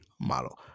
model